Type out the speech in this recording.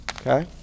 okay